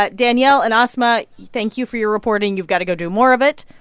but danielle and asma, thank you for your reporting. you've got to go do more of it,